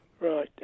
Right